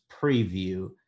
preview